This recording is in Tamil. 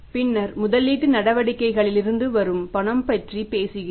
பின்னர் முதலீட்டு நடவடிக்கைகளில் இருந்து வரும் பணம் பற்றிப் பேசுகிறோம்